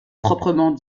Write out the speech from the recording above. proprement